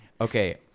Okay